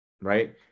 Right